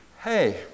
hey